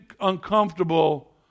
uncomfortable